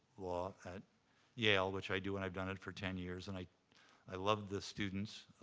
law at yale, which i do, and i've done it for ten years. and i i love the students,